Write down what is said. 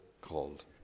called